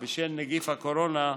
בשל נגיף הקורונה,